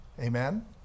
Amen